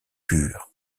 pure